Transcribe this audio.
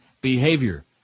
behavior